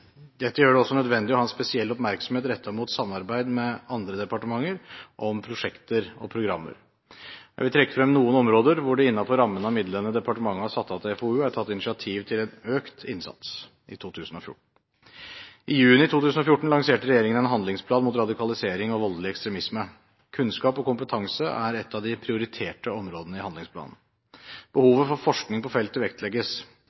Dette gjør det også nødvendig å ha en spesiell oppmerksomhet rettet mot samarbeid med andre departementer om prosjekter og programmer. Jeg vil trekke frem noen områder hvor det innenfor rammene av midlene departementet har satt av til FoU, er tatt initiativ til en økt innsats i 2014. I juni 2014 lanserte regjeringen en handlingsplan mot radikalisering og voldelig ekstremisme. Kunnskap og kompetanse er et av de prioriterte områdene i handlingsplanen.